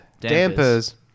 Dampers